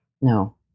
No